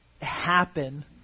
happen